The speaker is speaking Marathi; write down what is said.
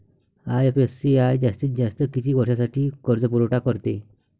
आय.एफ.सी.आय जास्तीत जास्त किती वर्षासाठी कर्जपुरवठा करते?